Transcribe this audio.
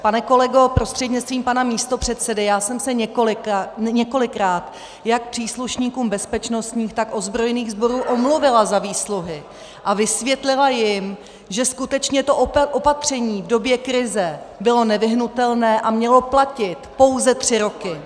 Pane kolego prostřednictvím pana místopředsedy, já jsem se několikrát jak příslušníkům bezpečnostních, tak ozbrojených sborů omluvila za výsluhy a vysvětlila jim, že skutečně to opatření v době krize bylo nevyhnutelné a mělo platit pouze tři roky.